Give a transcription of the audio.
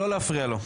לא להפריע לו.